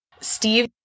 Steve